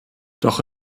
doch